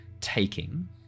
taking